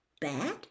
Bad